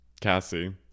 Cassie